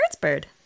Bird